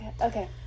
Okay